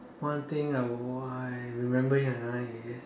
one thing I why remembering another is